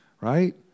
right